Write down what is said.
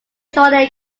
jolly